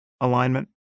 alignment